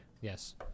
Yes